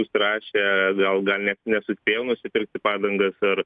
užsirašę gal gal net nesuspėjo nusipirkti padangas ar